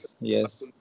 Yes